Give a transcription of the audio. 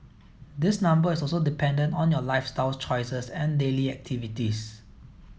this number is also dependent on your lifestyle choices and daily activities